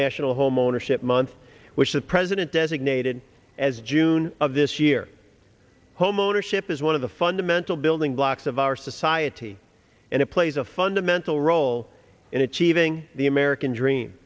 national homeownership month which the president designated as june of this year homeownership is one of the fundamental building blocks of our society and it plays a fundamental role in achieving the american dream